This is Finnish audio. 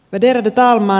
värderade talman